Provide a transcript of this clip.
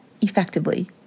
effectively